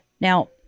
Now